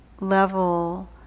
level